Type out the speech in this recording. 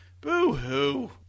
boo-hoo